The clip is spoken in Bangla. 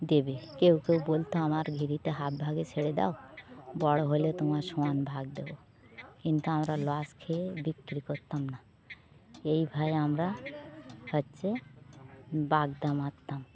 দেবে কেউ কেউ বলত আমার ভেরিতে হাফ ভাগে ছেড়ে দাও বড় হলে তোমার সমান ভাগ দেব কিন্তু আমরা লস খেয়ে বিক্রি করতাম না এইভাবে আমরা হচ্ছে বাগদা মারতাম